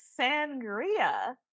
Sangria